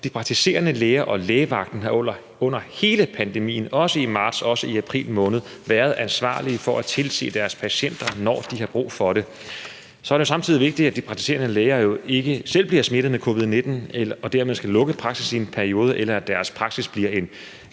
De praktiserende læger og lægevagten har under hele pandemien, også i marts og april måned, været ansvarlige for at tilse deres patienter, når de havde brug for det. Samtidig er det vigtigt, at de praktiserende læger ikke selv bliver smittet med covid-19 og dermed skal lukke deres praksis i en periode, eller at deres praksis bliver et